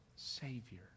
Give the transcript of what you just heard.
Savior